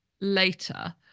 later